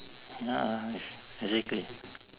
ya exactly